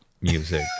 music